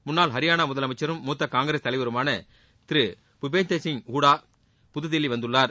முன்னாள் ஹரியானா முதலமைசரும் மூத்த காங்கிரஸ் தலைவருமான திரு பூபீந்திரசிங் ஹூடா புதுதில்லி வந்துள்ளார்